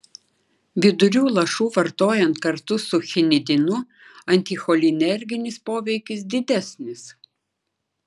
vidurių lašų vartojant kartu su chinidinu anticholinerginis poveikis didesnis